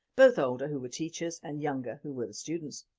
both older who were teachers and younger who were the students.